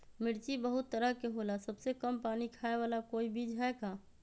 मिर्ची बहुत तरह के होला सबसे कम पानी खाए वाला कोई बीज है का?